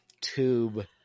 tube